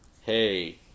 hey